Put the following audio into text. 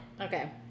okay